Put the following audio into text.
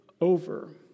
over